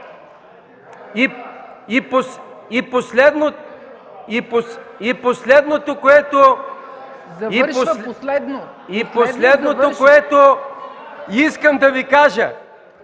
И последното, което искам да Ви кажа